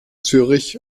zürich